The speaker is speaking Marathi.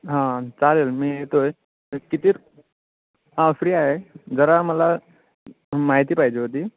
हां चालेल मी येतो आहे किती हां फ्री आहे जरा मला माहिती पाहिजे होती